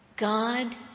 God